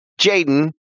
Jaden